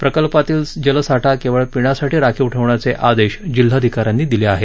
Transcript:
प्रकल्पातील जलसाठा केवळ पिण्यासाठी राखीव ठेवण्याचे आदेश जिल्हाधिकाऱ्यांनी दिले आहेत